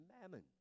Mammon